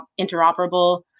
interoperable